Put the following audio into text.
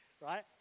right